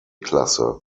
klasse